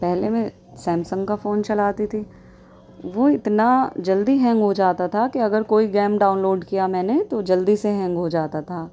پہلے میں سیمسنگ کا فون چلاتی تھی وہ اتنا جلدی ہینگ ہو جاتا تھا کہ اگر کوئی گیم ڈاؤن لوڈ کیا میں نے تو جلدی سے ہینگ ہو جاتا تھا